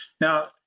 Now